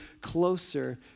closer